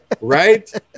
right